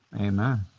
Amen